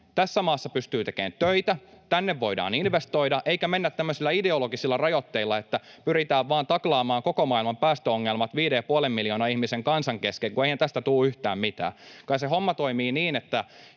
tässä maassa pystyy tekemään töitä, tänne voidaan investoida, eikä mennä tämmöisillä ideologisilla rajoitteilla, että pyritään vain taklaamaan koko maailman päästöongelmat 5,5 miljoonan ihmisen kansan kesken, kun eihän tästä tule yhtään mitään. Kai se homma toimii niin,